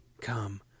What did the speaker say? come